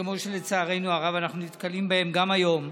כמו שלצערנו הרב אנחנו נתקלים בהם גם היום,